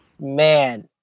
man